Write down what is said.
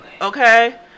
Okay